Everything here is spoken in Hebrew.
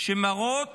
שמראות